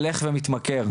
הולך ומתמכר.